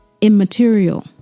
immaterial